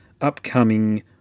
upcoming